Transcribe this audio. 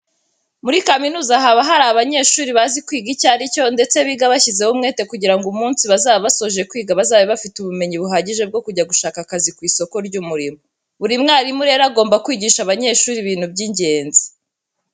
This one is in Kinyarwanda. Muri kaminuza haba hari abanyeshuri bazi kwiga icyo ari cyo ndetse biga bashyizeho umwete kugira ngo umunsi bazaba basoje kwiga bazabe bafite ubumenyi buhagije bwo kujya gushaka akazi ku isoko ry'umurimo. Buri mwarimu rero agomba kwigisha abanyeshuri ibintu by'ingenzi.